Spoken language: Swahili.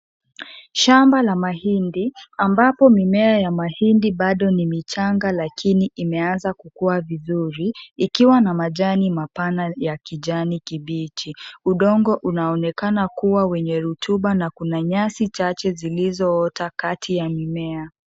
Shamba la mahindi, ambapo mimea ya mahidi bado ni michanga lakini, imeanza kukua vizuri. Ikiwa na majani mapana ya kijani kibichi. Udongo unaonekana kuwa wenye rutuba na kuna nyasi chache, zilizoota kati ya mimea.